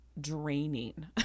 draining